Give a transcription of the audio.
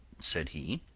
said he,